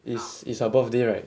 is is her birthday right